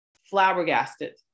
flabbergasted